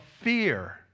fear